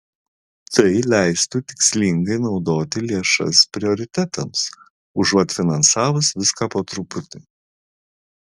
tai leistų tikslingai naudoti lėšas prioritetams užuot finansavus viską po truputį